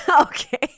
Okay